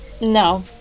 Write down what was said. No